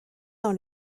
dans